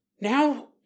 Now